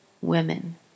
women